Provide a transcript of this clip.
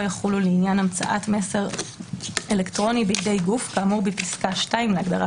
יחולו לעניין המצאתך מסר אלקטרוני בידי גוף כאמור בפסקה (2) להגדרה